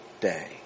day